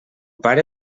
pare